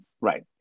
right